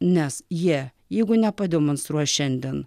nes jie jeigu nepademonstruos šiandien